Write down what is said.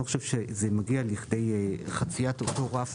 אני לא חושב שזה מגיע לכדי חציית אותו רף